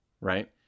right